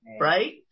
right